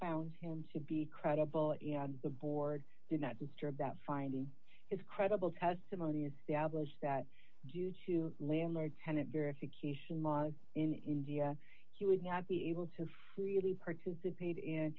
found him to be credible in the board did not disturb that finding is credible testimony established that due to landlord tenant verification laws in india he would not be able to freely participate in